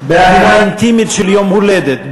באווירה אינטימית של יום הולדת.